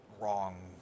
wrong